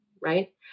right